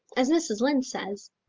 as mrs. lynde says,